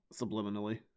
Subliminally